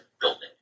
building